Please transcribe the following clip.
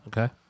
Okay